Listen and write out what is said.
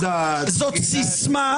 זו סיסמה,